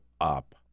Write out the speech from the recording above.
up